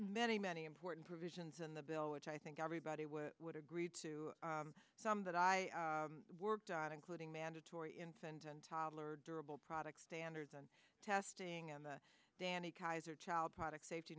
many many important provisions in the bill which i think everybody would agree to some that i worked on including mandatory infant and toddler durable products standards and testing and the danny kaiser child product safety